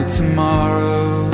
tomorrow